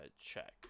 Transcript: check